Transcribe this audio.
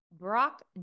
brock